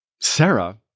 Sarah